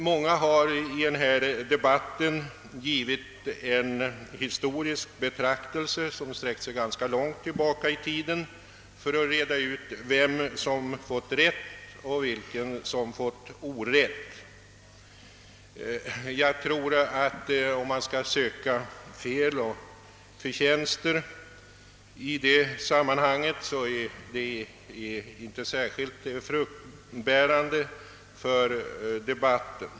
Många har i denna debatt gett sig in på en historisk betraktelse, som sträckt sig ganska långt tillbaka i tiden, för att reda ut vem som haft rätt och vem som haft orätt. Att söka fel och förtjänster i detta sammanhang är — tror jag — inte särskilt fruktbärande för debatten.